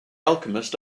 alchemist